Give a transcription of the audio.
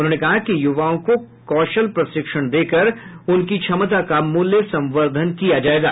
उन्होंने कहा कि युवाओं को कौशल प्रशिक्षण देकर उनकी क्षमता का मूल्य संर्वधन किया जायेगा